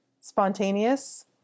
spontaneous